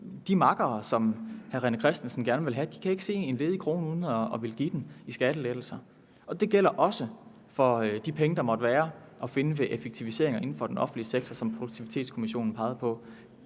De makkere, som hr. René Christensen gerne vil have, kan ikke se en ledig krone uden at ville give den i skattelettelser. Det gælder også for de penge, der måtte være at finde ved effektiviseringer inden for den offentlige sektor, som Produktivitetskommissionen pegede på